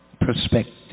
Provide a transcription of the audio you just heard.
perspective